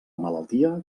malaltia